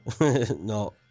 no